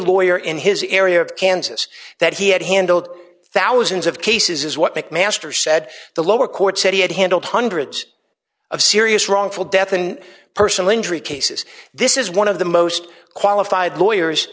lawyer in his area of kansas that he had handled thousands of cases is what mcmaster said the lower court said he had handled hundreds of serious wrongful death and personal injury cases this is one of the most qualified lawyers